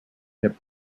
hip